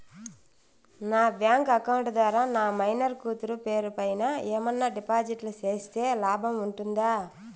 నా bank account ద్వారా నా మైనర్ కూతురు పేరు పైన ఏమన్నా డిపాజిట్లు సేస్తే లాభం ఉంటుందా?